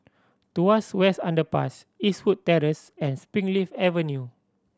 Tuas West Underpass Eastwood Terrace and Springleaf Avenue